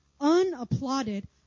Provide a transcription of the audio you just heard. unapplauded